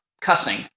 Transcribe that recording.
cussing